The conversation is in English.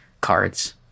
cards